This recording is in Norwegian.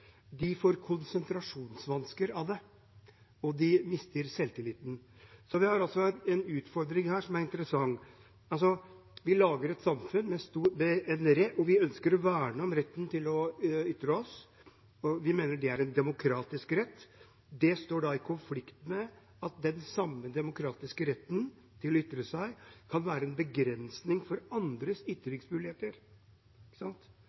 de får konsentrasjonsvansker av det, og de mister selvtilliten. Vi har altså en utfordring her som er interessant: Vi lager et samfunn der vi ønsker å verne om retten til å ytre oss. Vi mener det er en demokratisk rett. Det står i konflikt med at den samme demokratiske retten til å ytre seg kan være en begrensning for andres